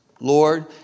Lord